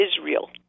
Israel